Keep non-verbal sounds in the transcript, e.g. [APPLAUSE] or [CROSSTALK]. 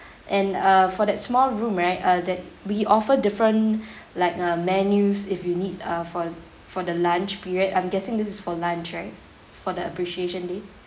[BREATH] and uh for that small room right uh that we offer different [BREATH] like uh menus if you need uh for for the lunch period I'm guessing this is for lunch right for the appreciation day